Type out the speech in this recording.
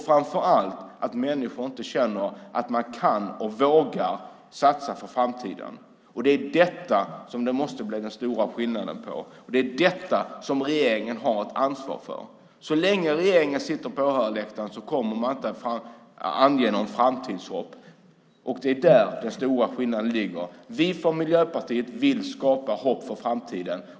Framför allt känner människor inte att man kan eller vågar satsa för framtiden. Det är där som det måste bli en stor skillnad. Det är detta som regeringen har ett ansvar för. Så länge regeringen sitter på åhörarläktaren kommer man inte att inge något framtidshopp. Det är där den stora skillnaden finns. Vi från Miljöpartiet vill skapa hopp för framtiden.